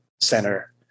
center